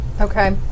Okay